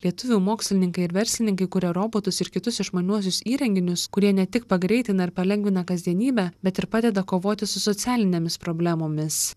lietuvių mokslininkai ir verslininkai kuria robotus ir kitus išmaniuosius įrenginius kurie ne tik pagreitina ir palengvina kasdienybę bet ir padeda kovoti su socialinėmis problemomis